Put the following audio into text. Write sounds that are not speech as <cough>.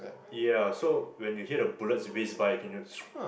ya so when you hear the bullet whizz by you can just <noise>